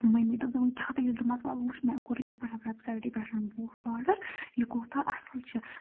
مٔمی دوٚپ دوٚپُن کیٛاہ دٔلیٖل مےٚ دوٚپمَس وَلہٕ وٕچھ مےٚ کوٚر اِتھ پٲٹھۍ وٮ۪بسایٹہِ پٮ۪ٹھ بوٗٹھ آرڈَر یہِ کوٗتاہ اَصٕل چھِ